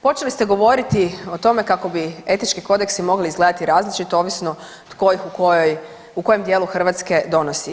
Počeli ste govoriti o tome kako bi etički kodeksi mogli izgledati različito ovisno tko je u kojoj, u kojem dijelu Hrvatske donosi.